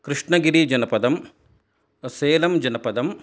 कृष्णगिरीजनपदम् सेलंजनपदम्